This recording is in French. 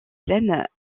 plaines